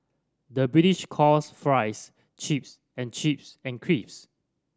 the British calls fries chips and chips and